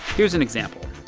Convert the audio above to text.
here's an example.